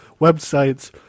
websites